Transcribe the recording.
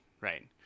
right